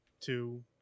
two